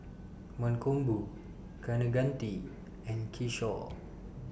Mankombu Kaneganti and Kishore